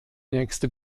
nächste